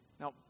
Now